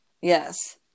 Yes